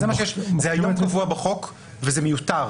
זה קבוע היום בחוק וזה מיותר.